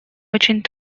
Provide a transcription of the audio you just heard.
очень